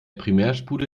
primärspule